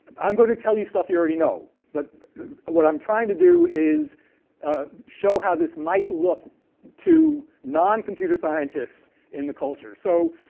i'm going to tell you stuff you already know, but what i'm trying to do is show how this might look to noncomputer scientists in the culture. so